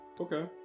Okay